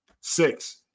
six